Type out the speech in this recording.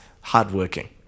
hardworking